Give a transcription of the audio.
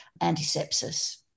antisepsis